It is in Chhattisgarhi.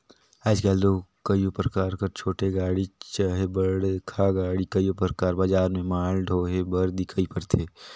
आएज काएल दो कइयो परकार कर छोटे गाड़ी चहे बड़खा गाड़ी कइयो परकार बजार में माल डोहे बर दिखई परथे